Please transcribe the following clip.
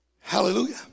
hallelujah